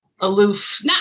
aloof